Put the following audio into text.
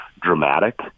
dramatic